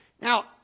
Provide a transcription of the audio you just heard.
Now